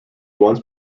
once